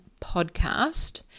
podcast